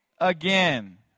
again